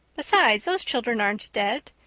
besides, those children aren't dead.